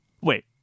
Wait